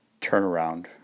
turnaround